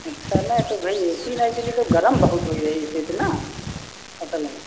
अच्छा नहीं तो भाई ए सी नहीं चला तो गरम बहुत होता है ए सी से न मतलब